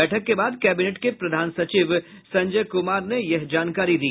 बैठक के बाद कैबिनेट के प्रधान सचिव संजय कुमार ने यह जानकारी दी